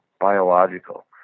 biological